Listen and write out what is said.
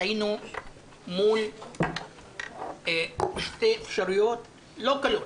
היינו מול שתי אפשרויות לא קלות,